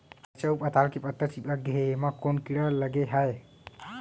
मरचा अऊ पताल के पत्ता चिपक गे हे, एमा कोन कीड़ा लगे है?